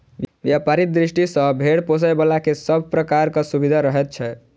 व्यवसायिक दृष्टि सॅ भेंड़ पोसयबला के सभ प्रकारक सुविधा रहैत छै